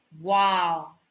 wow